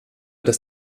dass